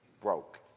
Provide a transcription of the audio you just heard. broke